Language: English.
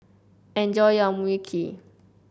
enjoy your Mui Kee